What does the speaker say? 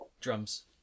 Drums